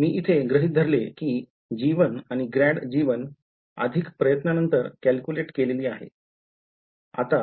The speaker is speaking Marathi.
मी इथे गृहीत धरले की g1 आणि ∇g1 प्रयत्नानंतर अधिक कॅल्क्युलेट केलेली आहे आता